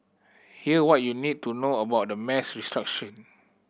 here what you need to know about the mass restructuring